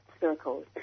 circles